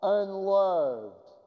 unloved